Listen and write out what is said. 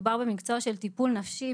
מדובר במקצוע של טיפול נפשי,